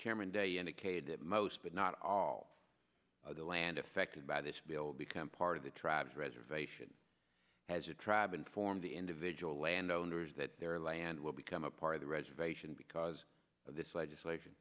chairman day indicated that most but not all of the land affected by this will become part of the tribes reservation as a tribe and form the individual landowners that their land will become a part of the reservation because of this legislation